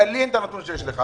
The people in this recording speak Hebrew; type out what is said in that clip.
לי אין את הנתון שיש לך.